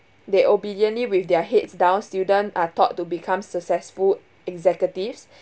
they obediently with their heads down students are taught to become successful executives